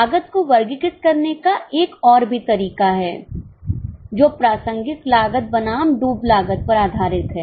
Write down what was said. लागत को वर्गीकृत करने का एक और तरीका भी है जो प्रासंगिक लागत बनाम डूब लागत पर आधारित है